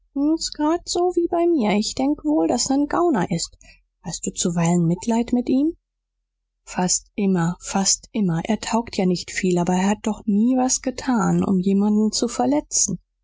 so wie bei mir ich denk wohl daß er n gauner ist hast du zuweilen mitleid mit ihm fast immer fast immer er taugt ja nicht viel aber er hat doch nie was getan um jemand zu verletzen